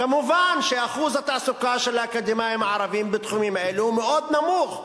מובן שאחוז התעסוקה של האקדמאים הערבים בתחומים האלה הוא מאוד נמוך.